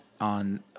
on